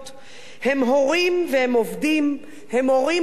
הם הורים והם עובדים, הם הורים אבודים.